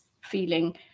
feeling